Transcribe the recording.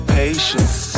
patience